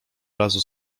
razu